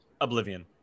Oblivion